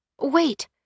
Wait